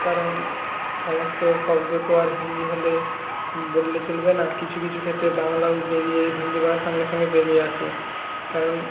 কারণ সমস্ত শব্দ তো আর হিন্দি হলে বললে চলবে না কিছু কিছু ক্ষেত্রে বাংলাও বেরিয়ে হিন্দি বলার সঙ্গে সঙ্গে বেরিয়ে আসে কারণ